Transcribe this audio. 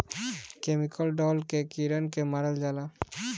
chemical डाल के कीड़न के मारल जाला